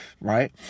right